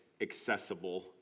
accessible